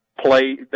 Play